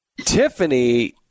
Tiffany